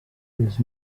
els